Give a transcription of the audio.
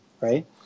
right